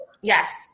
yes